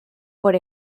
por